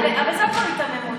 אבל זו כבר היתממות.